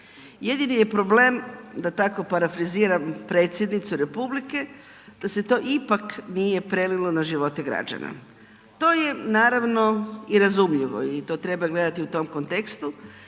Jedini je problem da tako parafraziram Predsjednicu Republike, da se to ipak nije prelilo na živote građana. To je naravno i razumljivo i to treba gledati u tom kontekstu